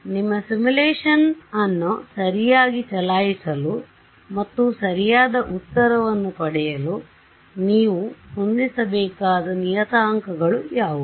ನಿಮ್ಮ ಸಿಮ್ಯುಲೇಶನ್ ಅನ್ನು ಸರಿಯಾಗಿ ಚಲಾಯಿಸಲು ಮತ್ತು ಸರಿಯಾದ ಉತ್ತರವನ್ನು ಪಡೆಯಲು ನೀವು ಹೊಂದಿಸಬೇಕಾದ ನಿಯತಾಂಕಗಳು ಯಾವುವು